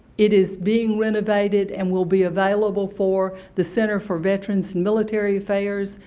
it is being renovated and will be available for the center for veterans and military affairs,